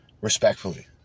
Respectfully